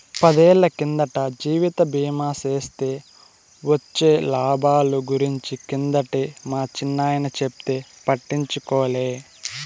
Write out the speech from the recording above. పదేళ్ళ కిందట జీవిత బీమా సేస్తే వొచ్చే లాబాల గురించి కిందటే మా చిన్నాయన చెప్తే పట్టించుకోలే